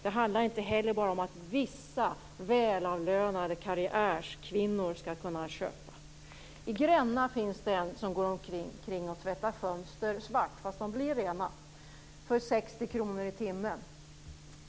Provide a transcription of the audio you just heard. Det handlar inte heller bara om att vissa välavlönade karriärkvinnor skall kunna köpa tjänster. I Gränna finns det en person som går omkring och tvättar fönster svart - fast de blir rena - för 60 kr i timmen.